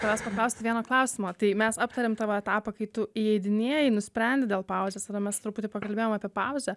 tavęs paklausti vieno klausimo tai mes aptarėm tavo etapą kai tu įeidinėjai nusprendei dėl pauzės ir mes truputį pakalbėjom apie pauzę